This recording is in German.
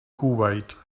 kuwait